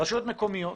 רשויות מקומיות